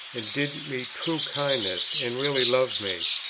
and did me true kindnesses, and really loved me,